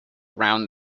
round